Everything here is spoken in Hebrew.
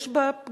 יש בה פגמים.